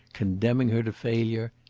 condemning her to failure,